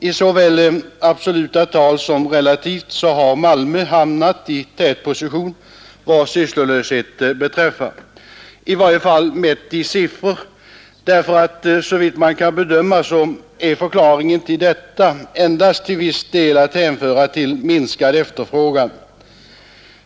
I såväl absoluta som relativa tal har Malmö hamnat i tätposition vad sysslolösheten beträffar. I varje fall är det så mätt i siffror, därför att såvitt man kan bedöma är förklaringen till detta endast till viss del att hänföra till minskad efterfrågan.